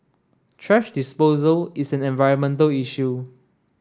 thrash disposal is an environmental issue